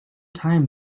time